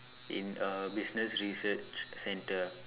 in a business research centre